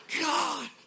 God